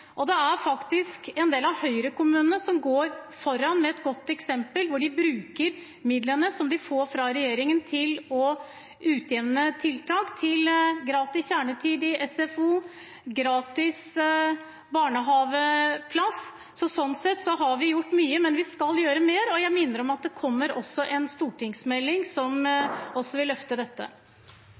til kommunene har faktisk økt dramatisk under denne regjeringen. Vi har gjort en rekke tiltak for å hindre barnefattigdom og ikke minst gjøre at barn får mulighet til å delta i fritidsaktiviteter. Det er en del av Høyre-kommunene som går foran med et godt eksempel, hvor de bruker midlene som de får fra regjeringen, til utjevnende tiltak, til gratis kjernetid i SFO, gratis barnehageplass. Sånn sett har vi gjort mye, men vi skal